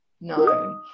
No